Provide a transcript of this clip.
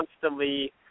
constantly